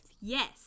Yes